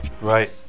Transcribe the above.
Right